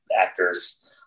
actors